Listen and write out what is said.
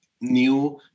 new